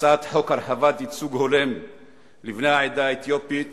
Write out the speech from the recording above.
הצעת חוק הרחבת הייצוג ההולם לבני העדה האתיופית